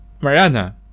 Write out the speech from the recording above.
Mariana